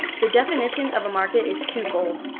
the definition of a market is twofold.